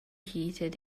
heated